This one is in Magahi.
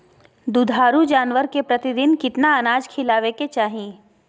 दुधारू जानवर के प्रतिदिन कितना अनाज खिलावे के चाही?